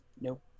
Nope